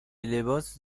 لباسو